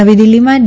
નવી દિલ્ફીમાં ડી